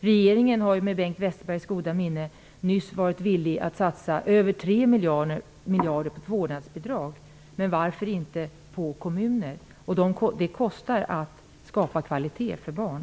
Regeringen har med Bengt Westerbergs goda minne nyss varit villig att satsa över 3 miljarder kronor på vårdnadsbidraget, men varför inte på kommunerna? Det kostar att skapa kvalitet för barn.